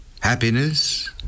Happiness